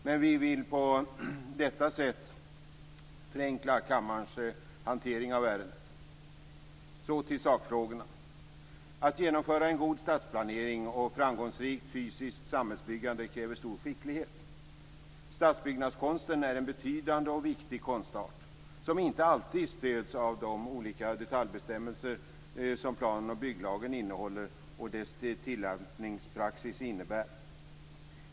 Men vi vill på detta sätt förenkla kammarens hantering av ärendet. Så till sakfrågorna. Att genomföra en god stadsplanering och framgångsrikt fysiskt samhällsbyggande kräver stor skicklighet. Stadsbyggnadskonsten är en betydande och viktig konstart som inte alltid stöds av de olika detaljbestämmelser som plan och bygglagen innehåller och dess tillämpningspraxis innebär.